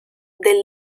del